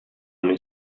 money